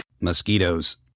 mosquitoes